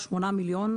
שמסתבר שהיא הונתה קשיש?